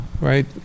right